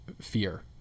fear